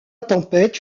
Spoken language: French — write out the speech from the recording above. tempête